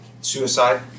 suicide